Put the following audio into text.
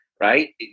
right